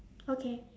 okay